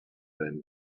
then